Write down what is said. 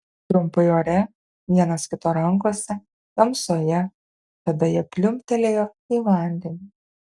trumpai ore vienas kito rankose tamsoje tada jie pliumptelėjo į vandenį